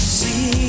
see